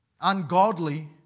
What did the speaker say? ungodly